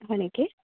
হয় নেকি